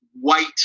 white